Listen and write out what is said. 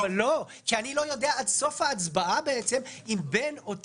לא כי אני לא יודע עד סוף ההצבעה אם בין אותו